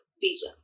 visa